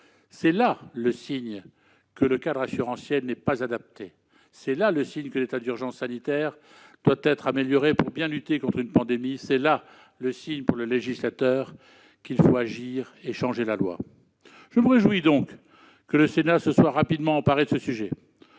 C'est là le signe que le cadre assurantiel n'est pas adapté et que l'état d'urgence sanitaire doit encore être amélioré pour bien lutter contre une pandémie. C'est là le signe, pour le législateur, qu'il faut agir et changer la loi. Je me réjouis donc que le Sénat se soit rapidement emparé de ce sujet.